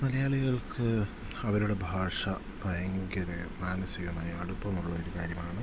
മലയാളികൾക്ക് അവരുടെ ഭാഷ ഭയങ്കര മാനസികമായി അടുപ്പമുള്ളൊരു കാര്യമാണ്